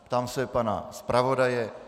Ptám se pana zpravodaje.